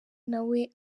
nawe